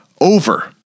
over